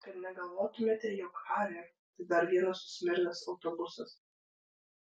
kad negalvotumėte jog harrier tai dar vienas susmirdęs autobusas